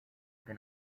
been